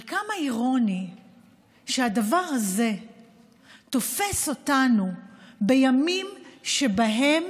אבל כמה אירוני שהדבר הזה תופס אותנו בימים שבהם